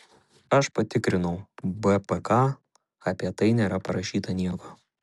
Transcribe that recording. aš patikrinau bpk apie tai nėra parašyta nieko